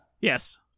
Yes